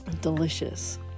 Delicious